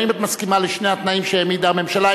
האם את מסכימה לשני התנאים שהעמידה הממשלה?